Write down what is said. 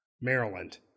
Maryland